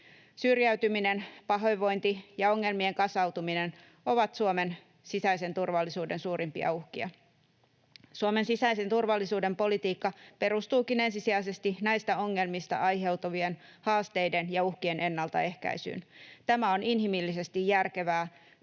Syrjäytyminen, pahoinvointi ja ongelmien kasautuminen ovat Suomen sisäisen turvallisuuden suurimpia uhkia. Suomen sisäisen turvallisuuden politiikka perustuukin ensisijaisesti näistä ongelmista aiheutuvien haasteiden ja uhkien ennaltaehkäisyyn. Tämä on inhimillisesti järkevää sekä